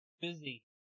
busy